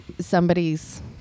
somebody's